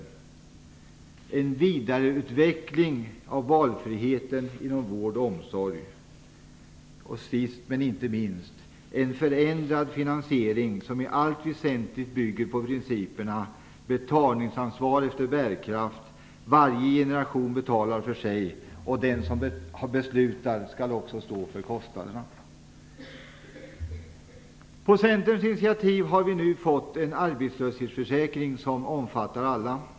Sist men inte minst en förändrad finansiering som i allt väsentligt bygger på principerna: betalningsansvar efter bärkraft, att varje generation betalar för sig och att den som beslutar också skall bära kostnaderna. På Centerns initiativ har vi nu fått en arbetslöshetsförsäkring som omfattar alla.